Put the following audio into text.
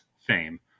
fame